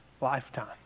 lifetime